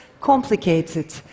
complicated